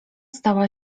stała